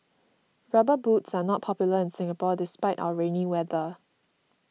rubber boots are not popular in Singapore despite our rainy weather